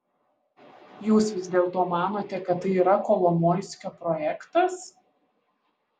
jūs vis dėlto manote kad tai yra kolomoiskio projektas